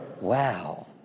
Wow